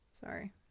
Sorry